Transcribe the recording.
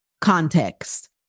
context